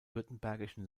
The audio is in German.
württembergischen